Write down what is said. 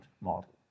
model